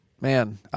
Man